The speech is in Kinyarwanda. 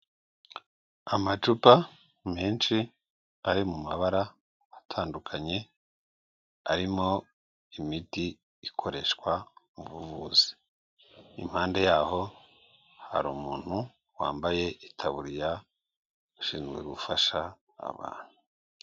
Amacupa menshi ari mu mabara atandukanye arimo imiti ikoreshwa mu buvuzi. Impande yaho hari umuntu wambaye itaburiya ushinzwe gufasha abantu.